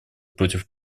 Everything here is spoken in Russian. против